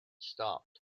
stopped